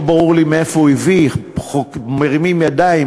לא ברור לי מאיפה הוא הביא חוק מרימים ידיים,